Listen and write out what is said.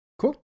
cool